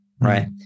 right